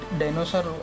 dinosaur